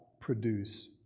produce